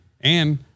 And-